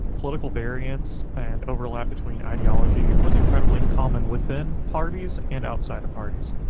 political variance and overlap between ideology was incredibly common within parties and outside of parties.